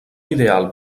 ideal